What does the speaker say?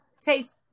taste